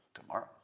tomorrow